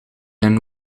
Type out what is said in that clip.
een